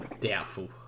doubtful